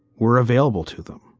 we're available to them